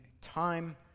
time